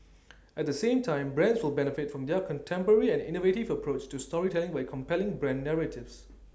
at the same time brands will benefit from their contemporary and innovative approach to storytelling for compelling brand narratives